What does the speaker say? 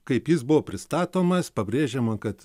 kaip jis buvo pristatomas pabrėžiama kad